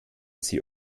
sie